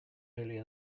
earlier